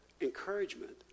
encouragement